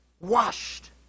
washed